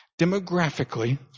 demographically